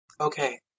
okay